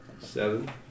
Seven